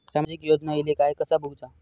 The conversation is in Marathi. सामाजिक योजना इले काय कसा बघुचा?